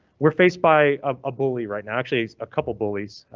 were faced by. a bully right now actually a couple bullies.